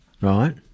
right